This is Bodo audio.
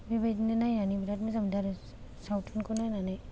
बेबादिनो नायनानै बिराथ मोजां मोनदों आरो सावथुनखौ नायनानै